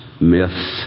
myths